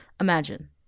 Imagine